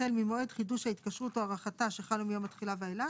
החל ממועד חידוש ההתקשרות או הארכתה שחלו מיום התחילה ואילך,